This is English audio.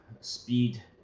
speed